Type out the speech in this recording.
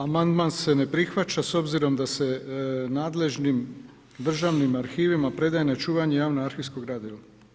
Amandman se ne prihvaća s obzirom da se nadležnim državnim arhivima predaje na čuvanje javno arhivsko gradivo.